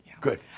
Good